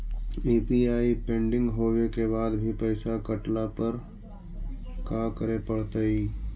UPI pending होवे के बाद भी पैसा कटला पर का करे पड़तई?